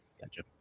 Gotcha